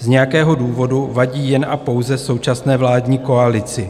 Z nějakého důvodu vadí jen a pouze současné vládní koalici.